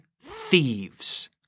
thieves